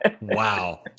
Wow